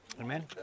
Amen